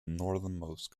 northernmost